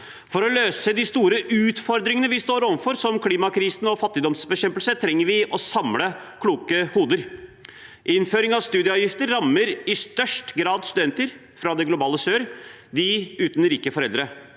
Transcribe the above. For å løse de store utfordringene vi står overfor, som klimakrisen og fattigdomsbekjempelse, trenger vi å samle kloke hoder. Innføringen av studieavgift rammer i størst grad studenter fra det globale sør, dem uten rike foreldre.